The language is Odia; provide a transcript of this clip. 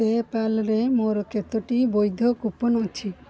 ପେପାଲ୍ରେ ମୋର କେତୋଟି ବୈଧ କୁପନ୍ ଅଛି